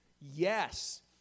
yes